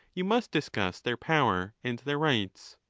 you must discuss their power and their rights.